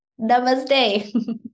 Namaste